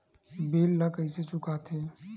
bill ला कइसे चुका थे